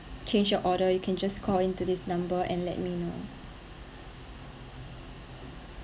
change your order you can just call in to this number and let me know